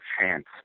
chance